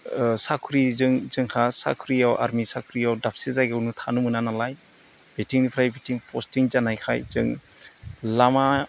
साख्रिजों जोंहा साख्रियाव आर्मि साख्रियाव दाबसे जायगायावनो थानो मोना नालाय बेथिंनिफ्राय बिथिं पस्टिं जानायखाय जों लामा